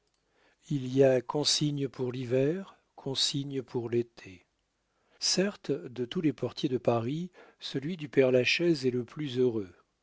il y a consigne pour l'hiver consigne pour l'été certes de tous les portiers de paris celui du père-lachaise est le plus heureux